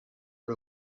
per